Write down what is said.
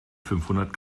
fünfhundert